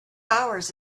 hours